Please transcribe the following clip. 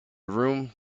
room